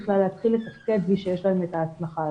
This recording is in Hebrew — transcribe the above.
להתחיל לתפקד בלי שיש להם ההסמכה הזאת.